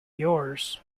yours